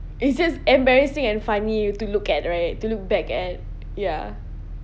it's just embarrassing and funny to look at right to look back at ya